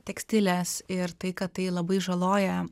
tekstilės ir tai kad tai labai žaloja